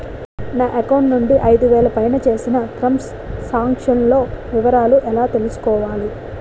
నా అకౌంట్ నుండి ఐదు వేలు పైన చేసిన త్రం సాంక్షన్ లో వివరాలు ఎలా తెలుసుకోవాలి?